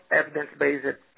evidence-based